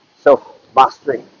Self-mastery